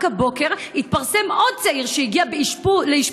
רק הבוקר התפרסם על עוד צעיר שהגיע לאשפוז,